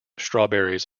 strawberries